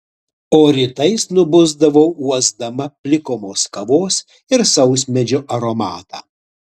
o rytais nubusdavau uosdama plikomos kavos ir sausmedžio aromatą